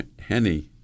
Henny